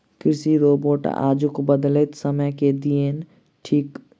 कृषि रोबोट आजुक बदलैत समय के देन थीक